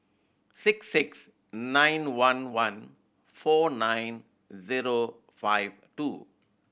six six nine one one four nine zero five two